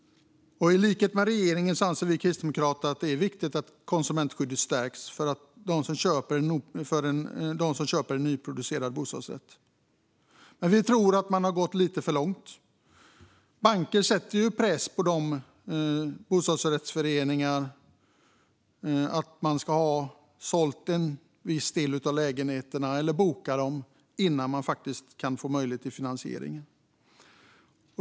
I likhet med regeringen anser Kristdemokraterna att det är viktigt att konsumentskyddet stärks för dem som köper en nyproducerad bostadsrätt. Vi tycker dock att regeringen har gått lite för långt. Bankerna kräver ju att en viss andel av lägenheterna ska vara bokade eller sålda innan man får finansiering.